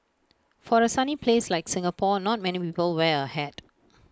for A sunny place like Singapore not many people wear A hat